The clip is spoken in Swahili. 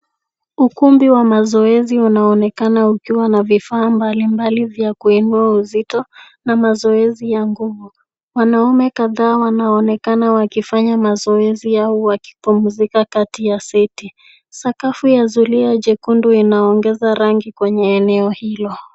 Ukumbi wa mazoezi unaonekana ukiwa na vifaa mbali mbali vya kuinua uzito na mazoezi ya nguvu wanaume kadhaa wanaonekana wakifanya mazoezi yao wakipumzika kati ya seti. Sakafu ya zulia jekundu ina ongeza rangi kwenye eneo hilo.